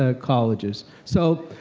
ah colleges. so,